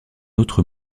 autre